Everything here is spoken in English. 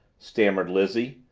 stammered lizzie,